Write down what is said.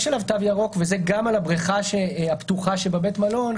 יש עליו תו ירוק וזה גם על הבריכה הפתוחה שבבית המלון,